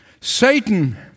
Satan